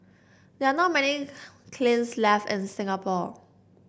there are not many kilns left in Singapore